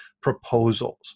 proposals